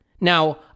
Now